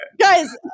guys